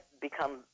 become